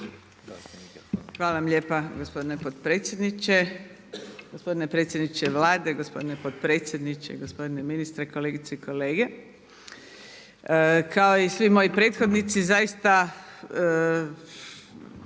Hvala vam lijepa gospodine potpredsjedniče. Gospodine predsjedniče Vlade, gospodine potpredsjedniče, gospodine ministre, kolegice i kolege kao i svi moji prethodnici zaista